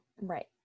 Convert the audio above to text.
Right